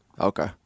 Okay